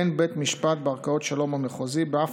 אין בית משפט בערכאות שלום או מחוזי באף